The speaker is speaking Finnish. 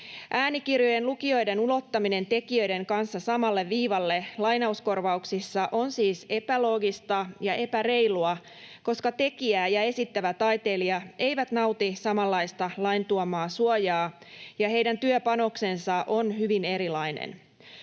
Äänikirjojen lukijoiden ulottaminen tekijöiden kanssa samalle viivalle lainauskorvauksissa on siis epäloogista ja epäreilua, koska tekijä ja esittävä taiteilija eivät nauti samanlaista lain tuomaa suojaa ja heidän työpanoksensa on hyvin erilainen.